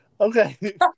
Okay